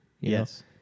Yes